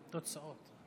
תוצאות: